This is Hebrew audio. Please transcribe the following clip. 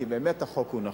כי באמת החוק הוא נכון.